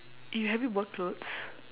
you have you bought clothes